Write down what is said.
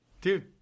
dude